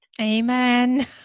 amen